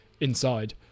inside